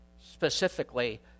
specifically